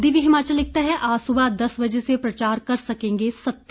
दिव्य हिमाचल लिखता है आज सुबह दस बजे से प्रचार कर सकेंगे सत्ती